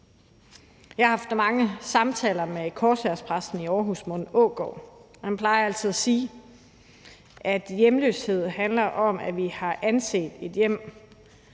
Jeg har haft mange samtaler med Korshærspræsten i Aarhus, Morten Aagaard. Han plejer altid at sige, at hjemløshed handler om, at vi har opfattet »hjem«